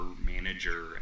manager